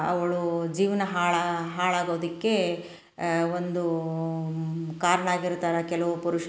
ಅವ್ಳ ಜೀವನ ಹಾಳು ಹಾಳಾಗೋದಕ್ಕೆ ಒಂದು ಕಾರಣ ಆಗಿರ್ತಾರೆ ಕೆಲವು ಪುರುಷರು